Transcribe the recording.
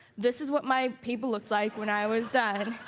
this is what my paper looked like when i was done.